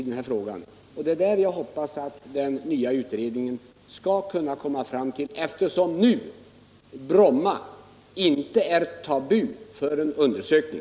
Det är detta jag hoppas att den nya utredningen skall kunna tala om, eftersom förhållandena på Bromma inte nu är tabu för en undersökning.